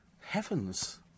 Heavens